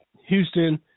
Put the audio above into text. Houston